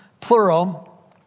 plural